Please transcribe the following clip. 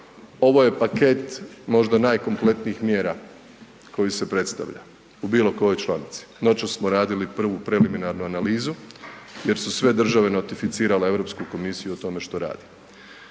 ovo je komplet možda najkompletnijih mjera koji se predstavlja u bilo kojoj članici. Noćas smo radili prvu preliminarnu analizu jer su sve države notificirale Europsku komisiju o tome što rade.